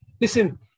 Listen